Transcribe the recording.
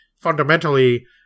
fundamentally